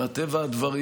מטבע הדברים.